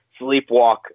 sleepwalk